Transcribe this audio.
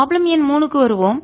problem எண் 3 க்கு வருவோம்